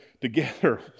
together